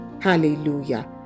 Hallelujah